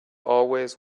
always